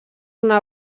una